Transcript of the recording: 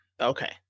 Okay